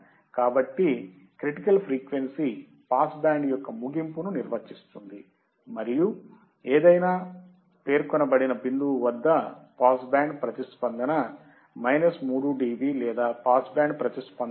కాబట్టి critical frequency pass band యొక్క ముగింపును నిర్వచిస్తుంది మరియు ఏదైనా పేర్కొనబడిన బిందువు వద్ద పాస్ బ్యాండ్ ప్రతిస్పందన 3 డిబి లేదా పాస్ బ్యాండ్ ప్రతిస్పందనలో 70